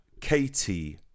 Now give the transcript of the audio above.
Katie